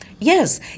Yes